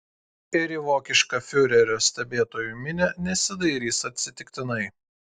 ir į vokišką fiurerio stebėtojų minią nesidairys atsitiktinai